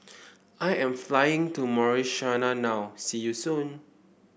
I am flying to Mauritania now see you soon